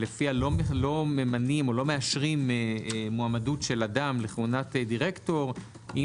שלפיה לא ממנים או מאשרים מועמדות של אדם לכהונת דירקטור אם